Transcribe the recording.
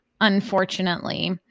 Unfortunately